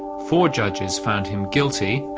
four judges found him guilty,